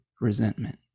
resentment